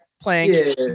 playing